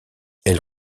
elle